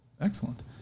excellent